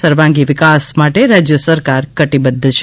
સર્વાંગી વિકાસ માટે રાજ્ય સરકાર કટિબદ્ધ છે